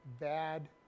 bad